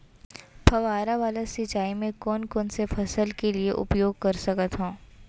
फवारा वाला सिंचाई मैं कोन कोन से फसल के लिए उपयोग कर सकथो?